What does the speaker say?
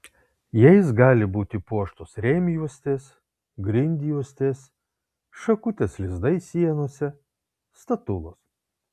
jais gali būti puoštos rėmjuostės grindjuostės šakutės lizdai sienose statulos